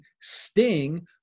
Sting